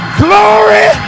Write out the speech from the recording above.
glory